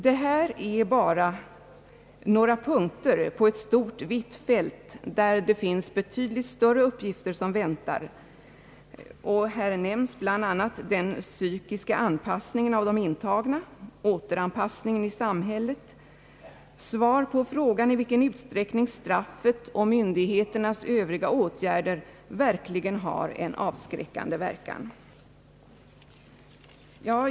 Detta är bara några punkter på ett stort och vidsträckt fält, där betydligt större uppgifter väntar. Här har bl.a. nämnts den psykiska anpassningen av de intagna, återanpassningen i samhället samt svar på frågan i vilken utsträckning straff och myndigheternas övriga åtgärder verkligen har en avskräckande effekt.